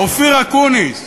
אופיר אקוניס,